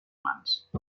mans